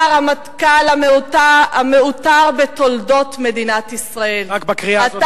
אתה הרמטכ"ל המעוטר בתולדות מדינת ישראל רק בקריאה הזאת צריך לסיים.